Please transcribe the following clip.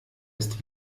ist